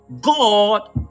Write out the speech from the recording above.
God